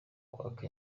kwaka